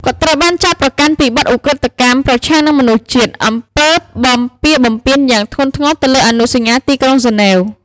គាត់ ត្រូវបានចោទប្រកាន់ពីបទឧក្រិដ្ឋកម្មប្រឆាំងនឹងមនុស្សជាតិ អំពើបំពារបំពាន យ៉ាងធ្ងន់ធ្ងរទៅលើអនុសញ្ញាទីក្រុងហ្សឺណែវ។